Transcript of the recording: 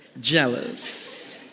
jealous